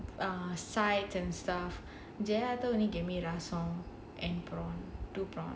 and sides and stuff rasam only gave me rasam and prawn two prawn